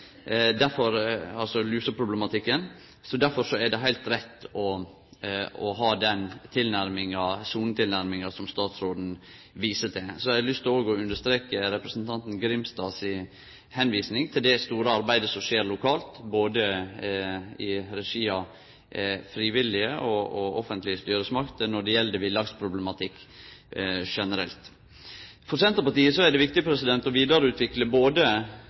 Derfor er det heilt rett å ha den sonetilnærminga som statsråden viser til. Eg har òg lyst til å understreke representanten Grimstad si påpeiking av det store arbeidet som skjer lokalt i regi av både friviljuge og av offentlege styresmakter når det gjeld villaksproblematikk generelt. For Senterpartiet er det viktig å vidareutvikle både